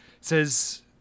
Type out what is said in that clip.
says